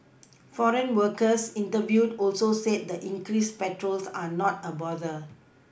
foreign workers interviewed also said the increased patrols are not a bother